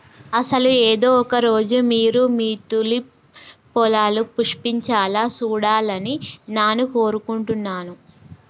అసలు ఏదో ఒక రోజు మీరు మీ తూలిప్ పొలాలు పుష్పించాలా సూడాలని నాను కోరుకుంటున్నాను